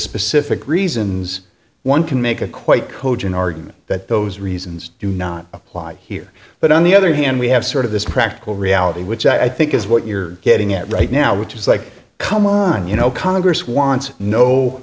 specific reasons one can make a quite cogent argument that those reasons do not apply here but on the other hand we have sort of this practical reality which i think is what you're getting at right now which is like come on you know congress wants no